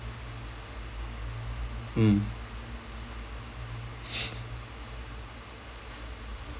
mm